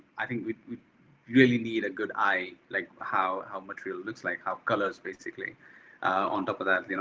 i think we we really need a good eye, like how how much real it looks like, how colors basically on top of that, you know